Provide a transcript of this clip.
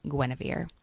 Guinevere